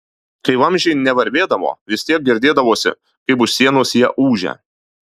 kai vamzdžiai nevarvėdavo vis tiek girdėdavosi kaip už sienos jie ūžia